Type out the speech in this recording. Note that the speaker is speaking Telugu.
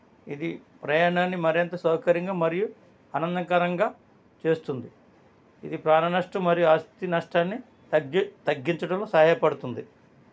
ఇది ప్రయాణాన్ని మరింత సౌకర్యంగా మరియు ఆనందకరంగా చేస్తుంది ఇది ప్రాణనష్టం మరియు ఆస్తినష్టాన్ని తగ్గి తగ్గించడంలో సహాయపడుతుంది